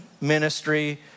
ministry